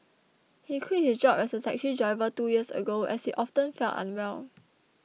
he quit his job as a taxi driver two years ago as he often felt unwell